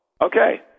Okay